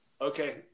Okay